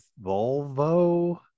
Volvo